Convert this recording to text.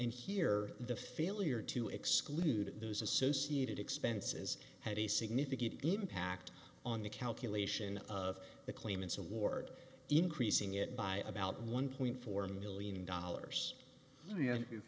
and here the failure to exclude those associated expenses had a significant impact on the calculation of the claimants award increasing it by about one point four million dollars i